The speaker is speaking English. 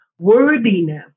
worthiness